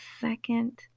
second